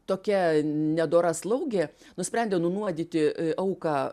tokia nedora slaugė nusprendė nunuodyti auką